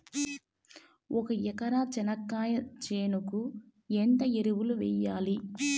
ఒక ఎకరా చెనక్కాయ చేనుకు ఎంత ఎరువులు వెయ్యాలి?